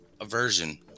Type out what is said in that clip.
aversion